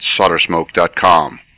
soldersmoke.com